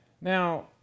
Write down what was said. Now